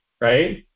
right